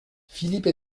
philippe